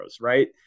right